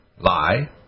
lie